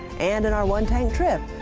and in our one tank trip,